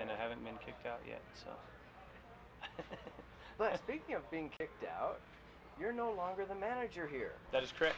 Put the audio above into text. and i haven't been kicked out yet but i think you know being kicked out you're no longer the manager here that is chris